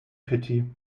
pity